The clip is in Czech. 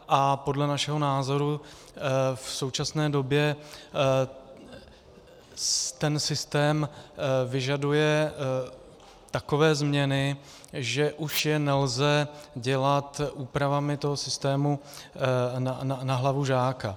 A podle našeho názoru v současné době ten systém vyžaduje takové změny, že už je nelze dělat úpravami toho systému na hlavu žáka.